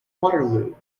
waterloo